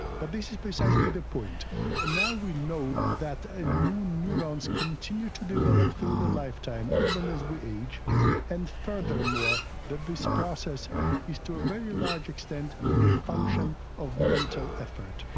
but this is precisely the point and now we know that new neurons continue to develop through the lifetime even as we age and furthermore that this process is to a very large extent a function of mental effort.